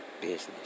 Business